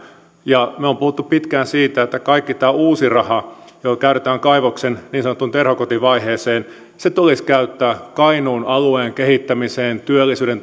me olemme puhuneet pitkään siitä että kaikki tämä uusi raha joka käytetään kaivoksen niin sanottuun terhokoti vaiheeseen tulisi käyttää kainuun alueen kehittämiseen työllisyyden